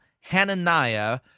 Hananiah